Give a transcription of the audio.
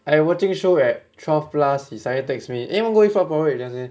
I watching show at twelve plus his suddenly text me eh want eat frog porridge then I say